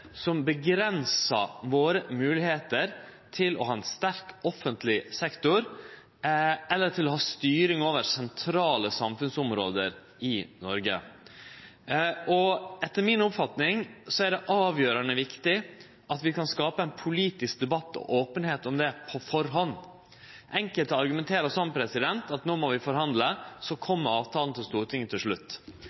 som avgrensar moglegheitene våre til å ha ein sterk offentleg sektor eller til å ha styring over sentrale samfunnsområde i Noreg. Etter mi oppfatning er det avgjerande viktig at vi kan skape ein politisk debatt og ei openheit om det på førehand. Enkelte argumenterer med at no må vi forhandle, så kjem avtalen til Stortinget til slutt.